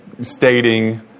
Stating